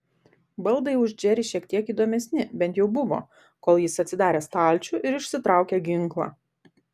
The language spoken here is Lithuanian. baldai už džerį šiek tiek įdomesni bent jau buvo kol jis atsidarė stalčių ir išsitraukė ginklą